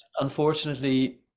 unfortunately